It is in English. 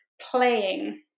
playing